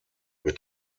wir